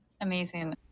Amazing